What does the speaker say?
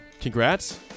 congrats